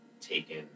taken